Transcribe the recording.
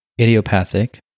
Idiopathic